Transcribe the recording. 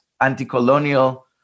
anti-colonial